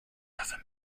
have